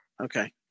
Okay